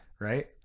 Right